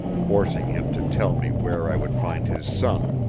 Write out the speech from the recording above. forcing him to tell me where i would find his son,